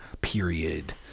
period